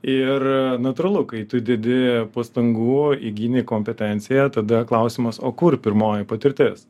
ir natūralu kai tu įdedi pastangų įgni kompetenciją tada klausimas o kur pirmoji patirtis